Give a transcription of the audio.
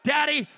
Daddy